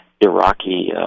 Iraqi